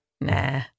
Nah